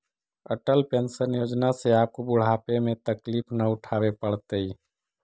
Atal pension Yojana से आपको बुढ़ापे में तकलीफ न उठावे पड़तई